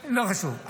הכלכלית.